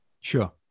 Sure